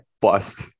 bust